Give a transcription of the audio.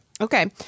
Okay